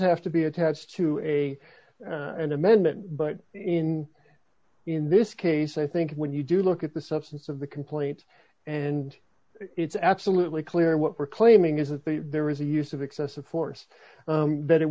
have to be attached to a an amendment but in in this case i think when you do look at the substance of the complaints and it's absolutely clear what we're claiming is that there was a use of excessive force that it